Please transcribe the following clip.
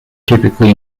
typically